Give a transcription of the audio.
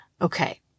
Okay